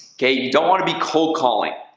okay you don't want to be cold calling.